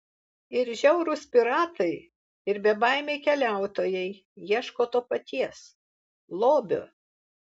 ir žiaurūs piratai ir bebaimiai keliautojai ieško to paties lobio